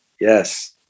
Yes